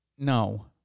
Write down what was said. No